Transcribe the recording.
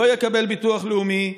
לא יקבל ביטוח לאומי,